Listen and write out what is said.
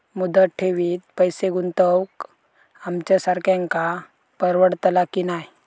मुदत ठेवीत पैसे गुंतवक आमच्यासारख्यांका परवडतला की नाय?